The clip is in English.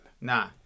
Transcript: nah